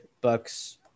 bucks